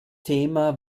thema